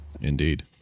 indeed